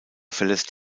verlässt